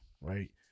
right